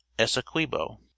essequibo